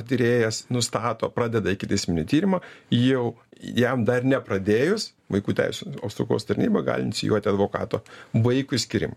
tyrėjas nustato pradeda ikiteisminį tyrimą jau jam dar nepradėjus vaikų teisių apsaugos tarnyba gali inicijuoti advokato vaikui skyrimą